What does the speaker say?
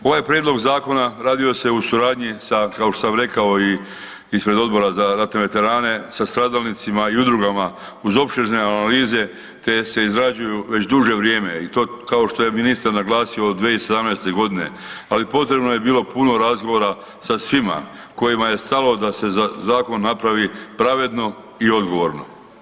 Ovaj prijedlog zakona radio se u suradnji sa kao što sam rekao i ispred Odbora za ratne veterane sa stradalnicima i udrugama uz opsežne analize te se izrađuju već duže vrijeme i to kao što je ministar naglasio od 2017. godine, ali potrebno je bilo puno razgovora sa svima kojima je stalo da se zakon napravi pravedno i odgovorno.